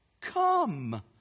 come